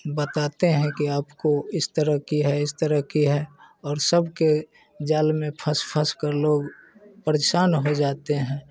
बताते हैं कि आपको इस तरह की है इस तरह की है और सब के जाल में फस फस कर लोग परेशान हो जाते हैं